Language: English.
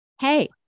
Hey